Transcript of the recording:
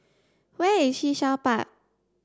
where is Sea Shell Park